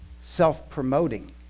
self-promoting